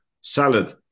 salad